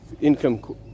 income